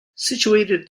situated